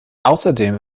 außerdem